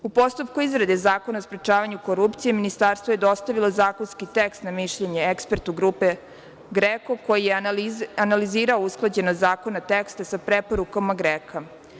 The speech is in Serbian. U postupku izrade Zakona o sprečavanju korupcije ministarstvo je dostavilo zakonski tekst na mišljenje ekspertu grupe GREKO, koji je analizirao usklađenost zakona teksta sa preporukama GREK-a.